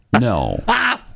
No